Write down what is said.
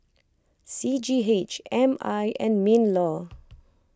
C G H M I and MinLaw